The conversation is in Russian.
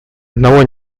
одного